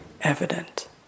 evident